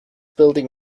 building